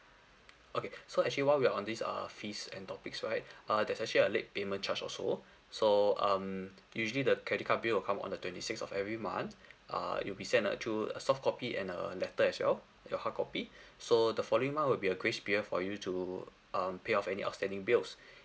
okay so actually while we are on this err fees and topics right uh there's actually a late payment charge also so um usually the credit card bill will come on the twenty six of every month err you'll be sent a through a softcopy and a letter as well your hardcopy so the following month will be a grace period for you to um pay off any outstanding bills